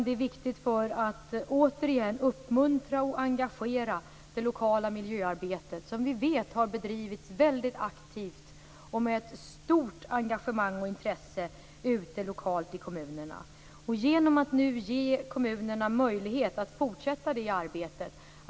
Det är viktigt också för att återigen uppmuntra och engagera det lokala miljöarbetet som har bedrivits väldigt aktivt och med ett stort engagemang och intresse lokalt i kommunerna. Vi ger nu kommunerna möjlighet att fortsätta det arbetet.